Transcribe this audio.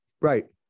Right